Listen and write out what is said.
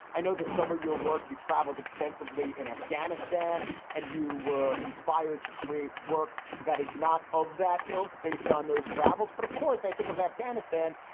i know that some of your work, you traveled extensively in afghanistan and you were inspired to create work that is not of that ilk based on those travels. but of course, i think of afghanistan.